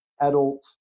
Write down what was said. adult